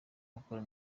akora